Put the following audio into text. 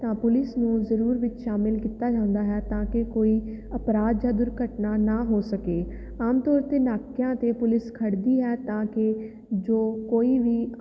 ਤਾਂ ਪੁਲਿਸ ਨੂੰ ਜ਼ਰੂਰ ਵਿੱਚ ਸ਼ਾਮਿਲ ਕੀਤਾ ਜਾਂਦਾ ਹੈ ਤਾਂ ਕਿ ਕੋਈ ਅਪਰਾਧ ਜਾਂ ਦੁਰਘਟਨਾ ਨਾ ਹੋ ਸਕੇ ਆਮ ਤੌਰ 'ਤੇ ਨਾਕਿਆਂ 'ਤੇ ਪੁਲਿਸ ਖੜ੍ਹਦੀ ਹੈ ਤਾਂ ਕਿ ਜੋ ਕੋਈ ਵੀ